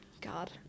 God